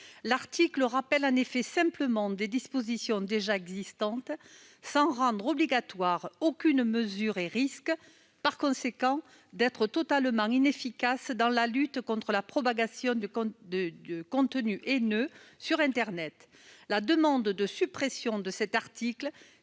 article, qui se contente de rappeler des dispositions déjà existantes, sans rendre obligatoire aucune mesure, risque d'être totalement inefficace dans la lutte contre la propagation de contenus haineux sur internet. Notre demande de suppression de cet article